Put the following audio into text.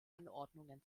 anordnungen